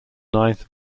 ninth